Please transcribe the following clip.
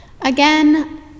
Again